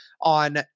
on